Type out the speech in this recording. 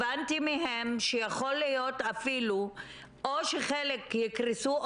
הבנתי מהם שיכול להיות אפילו או שחלק יקרסו,